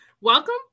welcome